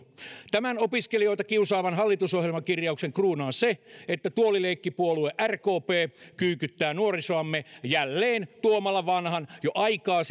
tämän opiskelijoita kiusaavan hallitusohjelmakirjauksen kruunaa se että tuolileikkipuolue rkp kyykyttää nuorisoamme jälleen tuomalla vanhan jo aikaa